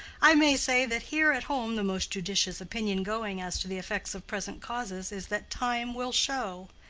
i may say that here at home the most judicious opinion going as to the effects of present causes is that time will show.